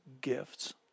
gifts